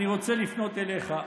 אני רוצה לפנות אליך.